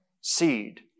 seed